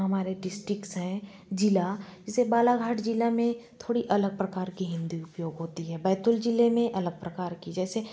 हमारे डिस्ट्रिक्स हैं जिला जैसे बालाघाट जिला में थोड़ी अलग प्रकार की हिंदी उपयोग होती है बैतूल जिले में अलग प्रकार की जैसे